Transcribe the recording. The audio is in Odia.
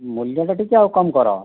ମୂଲ୍ୟଟା ଟିକିଏ ଆଉ କମ୍ କର